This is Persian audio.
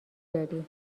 داری